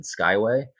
skyway